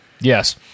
Yes